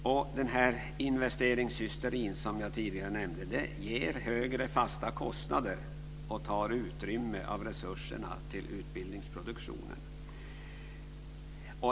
Och den här investeringshysterin som jag tidigare nämnde ger högre fasta kostnader och tar utrymme av resurserna till utbildningsproduktionen.